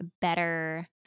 better